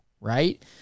right